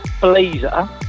blazer